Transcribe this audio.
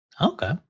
Okay